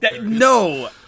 No